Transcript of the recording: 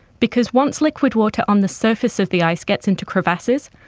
because once liquid water on the surface of the ice gets into crevasses,